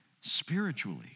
spiritually